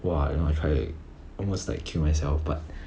!wah! you know I try it almost like kill myself but